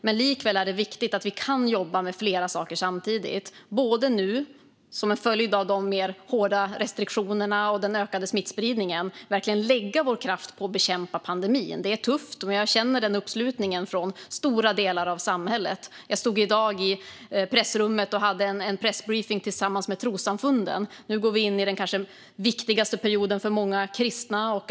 Men likväl är det viktigt att vi kan jobba med flera saker samtidigt. Som en följd av de mer hårda restriktionerna och den ökade smittspridningen måste vi verkligen lägga vår kraft på att bekämpa pandemin. Det är tufft, men jag känner en uppslutning från stora delar av samhället. Jag stod i dag i pressrummet och hade en pressbriefing tillsammans med representanter för trossamfunden. Nu går vi in i den kanske viktigaste perioden för många kristna.